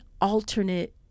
alternate